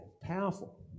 powerful